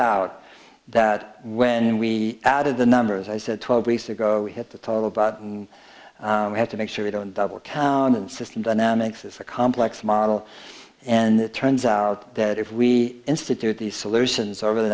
out that when we added the numbers i said twelve weeks ago we had the total budget and we had to make sure we don't double counting system dynamics is a complex model and it turns out that if we institute these solutions over the